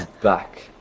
Back